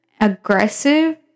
aggressive